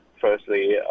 firstly